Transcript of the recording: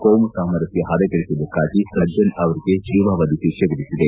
ಕೋಮುಸಾಮರಸ್ನ ಹದಗೇಡಿಸಿದ್ದಕ್ಕಾಗಿ ಸಜ್ಜನ್ ಅವರಿಗೆ ಜೀವಾವಧಿ ಶಿಕ್ಷೆ ವಿಧಿಸಿದೆ